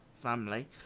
family